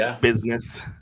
business